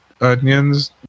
onions